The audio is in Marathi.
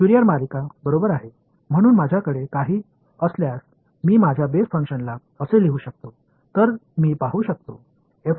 फुरियर मालिका बरोबर आहे म्हणून माझ्याकडे काही असल्यास मी माझ्या बेस फंक्शनला असे लिहू शकतो